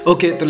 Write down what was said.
Okay